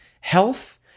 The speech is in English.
health